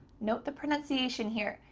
note the pronunciation here,